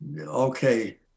okay